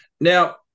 Now